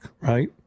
right